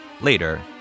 later